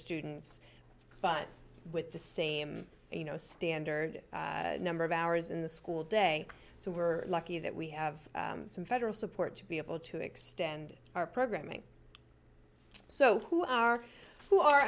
students but with the same you know standard number of hours in the school day so we're lucky that we have some federal support to be able to extend our programming so who are who